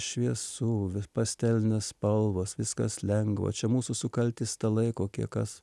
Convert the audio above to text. šviesu pastelinės spalvos viskas lengva čia mūsų sukalti stalai kokie kas